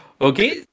Okay